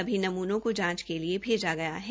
सभी नमूनों को जांच के लिए भेजा गया हैं